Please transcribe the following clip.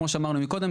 כמו שאמרנו מקודם,